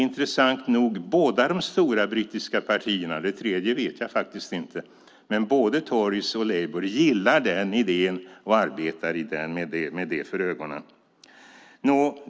Intressant nog gillar båda de stora brittiska partierna, Tory och Labour, den idén och arbetar med detta för ögonen - hur det är med det tredje vet jag faktiskt inte.